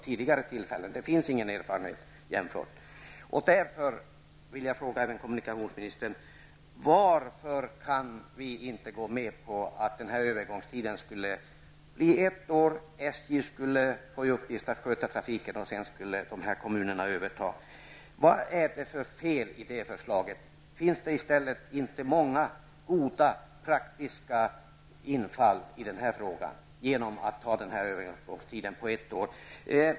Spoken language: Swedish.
Jag vill alltså fråga kommunikationsministern: Varför kan man inte gå med på att övergångstiden utsträcks till ett år? SJ skulle då få i uppdrag att sköta trafiken, varefter kommunerna skulle ta över. Vad är det för fel i det förslaget? Finns det inte mycket positivt i detta att ha en övergångstid på ett år?